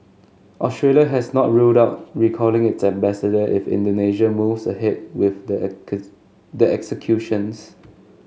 Australia has not ruled out recalling its ambassador if Indonesia moves ahead with the the executions